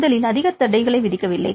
முதலில் அதிக தடைகளை விதிக்கவில்லை